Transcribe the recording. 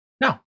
No